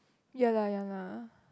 ya lah ya lah